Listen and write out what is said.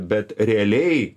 bet realiai